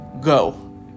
go